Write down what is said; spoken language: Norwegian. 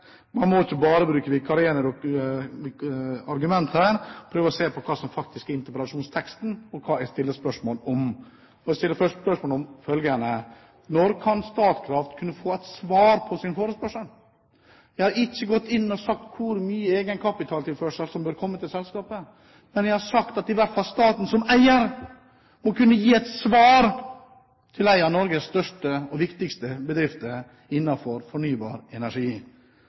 Man må ikke bare bruke vikarierende argumenter her, men prøve å se på den faktiske interpellasjonsteksten og hva jeg stiller spørsmål om. Jeg stiller spørsmål om følgende: Når kan Statkraft få et svar på sin forespørsel? Jeg har ikke sagt noe om hvor mye egenkapitaltilførsel som bør komme til selskapet, men jeg har sagt at staten som eier må i hvert fall kunne gi et svar til en av Norges største og viktigste bedrifter innenfor fornybar energi.